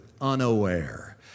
unaware